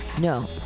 no